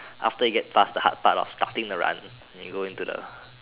after it get past the hard part of starting the run you go into the